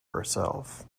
herself